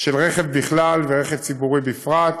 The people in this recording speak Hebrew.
בהן כלי רכב בכלל ורכב ציבורי בפרט,